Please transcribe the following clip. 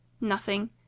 Nothing